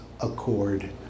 accord